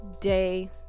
day